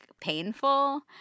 painful